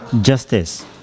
Justice